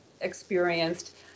experienced